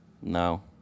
no